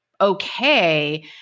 okay